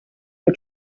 the